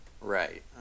Right